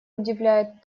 удивляет